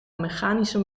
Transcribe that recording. mechanische